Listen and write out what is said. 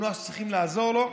הוא נוער שצריכים לעזור לו.